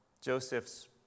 Joseph's